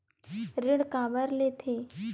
ऋण काबर लेथे?